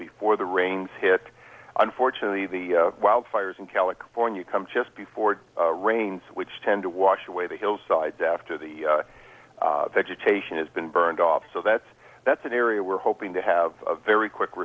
before the rains hit unfortunately the wildfires in california come just before the rains which tend to wash away the hillsides after the vegetation has been burned off so that's that's an area we're hoping to have a very quick